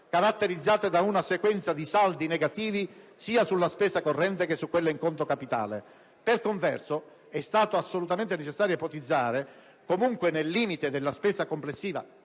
caratterizzata da una sequenza di saldi negativi sia sulla spesa corrente che su quella in conto capitale. Per converso, è stato assolutamente necessario ipotizzare - comunque nel limite della spesa complessiva